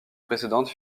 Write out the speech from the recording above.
précédente